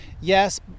yes